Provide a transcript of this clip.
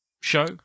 show